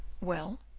Well